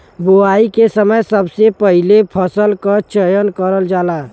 बोवाई के समय सबसे पहिले फसल क चयन करल जाला